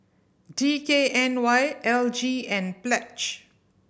D K N Y L G and Pledge